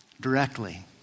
Directly